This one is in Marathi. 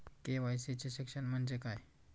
के.वाय.सी चे शिक्षण म्हणजे काय?